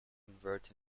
convert